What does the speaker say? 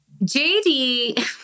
JD